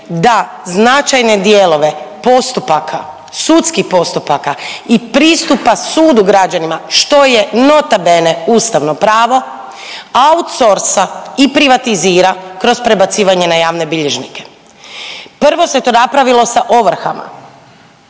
da značajne dijelove postupaka, sudskih postupaka i pristupa sudu građanima što je nota bene ustavno pravo outsorsa i privatizira kroz prebacivanje na javne bilježnike. Prvo se to napravilo sa ovrhama.